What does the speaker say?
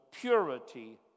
purity